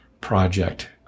project